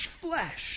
flesh